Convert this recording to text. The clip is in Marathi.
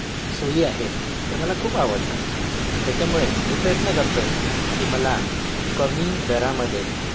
सोयी आहेत त्या मला खूप आवडतात आणि त्याच्यामुळे मी प्रयत्न करतो आहे की मला कमी दरामध्ये